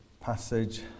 passage